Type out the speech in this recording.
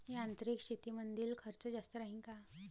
यांत्रिक शेतीमंदील खर्च जास्त राहीन का?